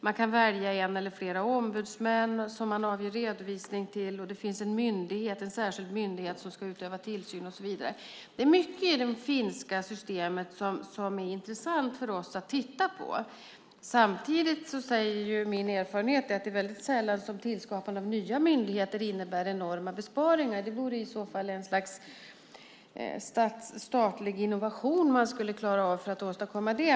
Man kan välja en eller flera ombudsmän som man avger redovisning till, och det finns en särskild myndighet som ska utöva tillsyn och så vidare. Det är mycket i det finska systemet som är intressant för oss att titta på. Samtidigt säger min erfarenhet att det är mycket sällan som tillskapande av nya myndigheter innebär enorma besparingar. Om man skulle kunna åstadkomma det vore det en statlig innovation.